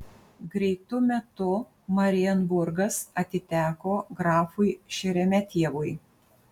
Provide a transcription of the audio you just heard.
greitu metu marienburgas atiteko grafui šeremetjevui